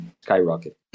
skyrocket